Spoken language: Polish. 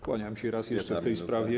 Kłaniam się raz jeszcze w tej sprawie.